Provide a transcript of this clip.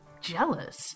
jealous